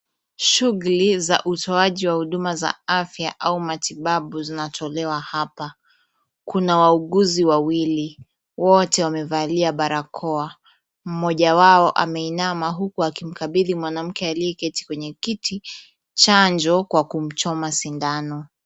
Shughuli za utoaji wa huduma za afya au matibabu zinatolewa hapa. Kuna wauguzi wawili wote wamevalia barakoa. Mmoja wao ameinama huku akimkabidhi mwanamke aliyeketi kwenye kiti chanjo kwa kumchoma sindano.